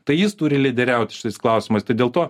tai jis turi lyderiauti šis klausimas dėl to